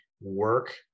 work